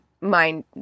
mind